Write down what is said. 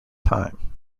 time